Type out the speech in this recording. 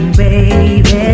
baby